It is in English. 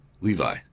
Levi